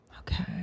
Okay